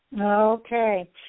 Okay